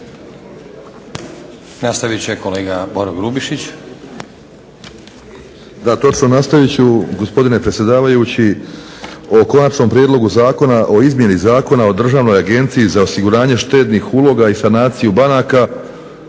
Nastaviti će kolega Boro Grubišić.